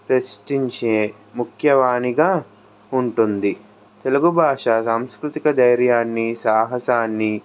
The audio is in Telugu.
ప్రశ్నించే ముఖ్యవానిగా ఉంటుంది తెలుగు భాష సాంస్కృతిక ధైర్యాన్ని సాహసాన్ని